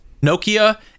Nokia